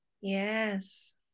yes